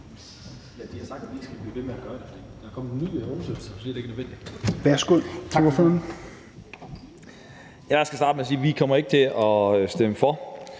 Jeg skal starte med at sige, at vi ikke kommer til at stemme for